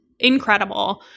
incredible